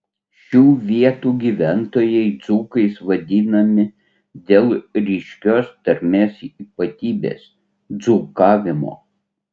šių vietų gyventojai dzūkais vadinami dėl ryškios tarmės ypatybės dzūkavimo